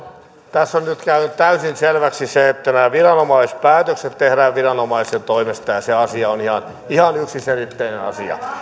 tässä on nyt käynyt täysin selväksi se että nämä viranomaispäätökset tehdään viranomaisten toimesta ja se asia on ihan yksiselitteinen